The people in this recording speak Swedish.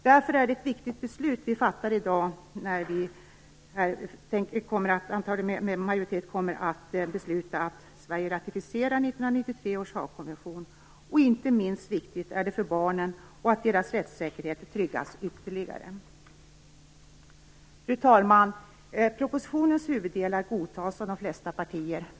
Därför är det ett viktigt beslut vi med majoritet kommer att fatta att Sverige skall ratificera 1993 års Haagkonvention. Inte minst viktigt är detta för barnen och för att deras rättssäkerhet tryggas ytterligare. Fru talman! Propositionens huvuddelar godtas av de flesta partier.